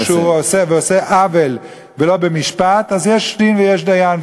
וכשהוא עושה עוול ולא במשפט, אז יש דין ויש דיין.